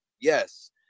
yes